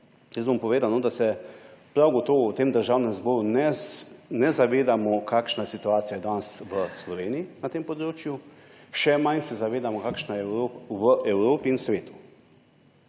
Jaz bom povedal, da se prav gotovo v tem državnem zboru ne zavedamo, kakšna situacija je danes v Sloveniji na tem področju, še manj se zavedamo, kakšna je v Evropi in svetu.